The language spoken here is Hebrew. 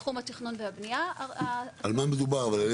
בתחום התכנון והבנייה --- על מה מדובר אבל?